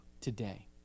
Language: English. today